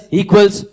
equals